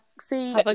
see